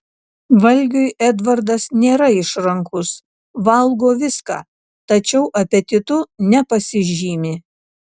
valgiui edvardas nėra išrankus valgo viską tačiau apetitu nepasižymi